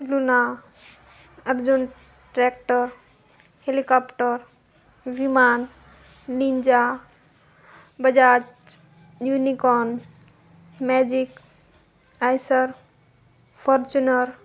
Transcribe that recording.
Luna Arjun tractor helicopter विमान ninja Bajaj Unicorn magic Eicher Fortuner